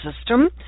system